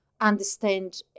understand